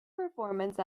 performance